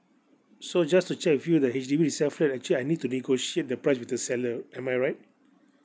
so just to check with you the H_D_B resale flat actually I need to negotiate the price with the seller am I right